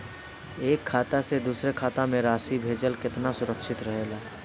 एक खाता से दूसर खाता में राशि भेजल केतना सुरक्षित रहेला?